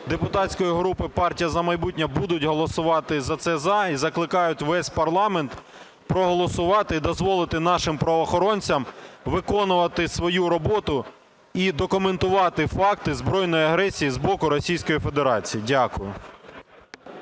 депутатської групи "Партія "За майбутнє" будуть голосувати за це "за", і закликають весь парламент проголосувати і дозволити нашим правоохоронцям виконувати свою роботу і документувати факти збройної агресії з боку Російської Федерації. Дякую.